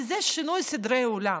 כי זה שינוי סדרי עולם.